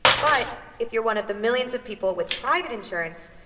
but if you're one of the millions of people with private insurance,